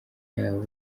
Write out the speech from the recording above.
yabo